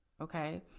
Okay